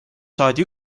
saadi